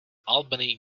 albany